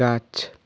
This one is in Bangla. গাছ